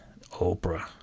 Oprah